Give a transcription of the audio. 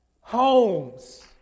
homes